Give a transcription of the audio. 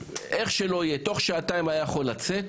איך שלא יהיה, תוך שעתיים הוא היה יכול לצאת,